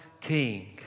king